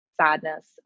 sadness